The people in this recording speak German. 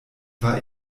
war